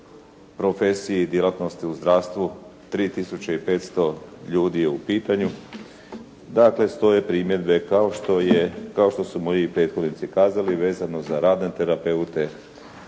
profesiji, djelatnosti u zdravstvu. Tri tisuće i petsto ljudi je u pitanju. Dakle stoje primjedbe kao što je, kao što su moji prethodnici kazali vezano za radne terapeute